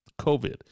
COVID